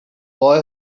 boy